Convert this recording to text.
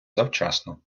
завчасно